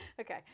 Okay